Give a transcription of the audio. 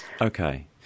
Okay